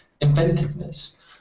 inventiveness